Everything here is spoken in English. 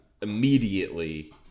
Immediately